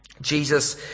jesus